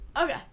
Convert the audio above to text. Okay